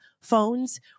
phones